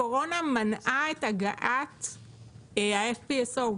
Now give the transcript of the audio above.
הקורונה מנעה את הגעת ה-FPSO,